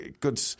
good